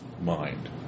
mind